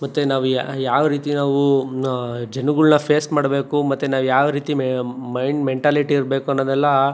ಮತ್ತು ನಾವು ಯಾವ ರೀತಿ ನಾವು ಜನುಗಳ್ನ ಫೇಸ್ ಮಾಡಬೇಕು ಮತ್ತು ನಾವು ಯಾವ ರೀತಿ ಮೈಂಡ್ ಮೆಂಟಾಲಿಟಿ ಇರಬೇಕು ಅನ್ನೋದೆಲ್ಲ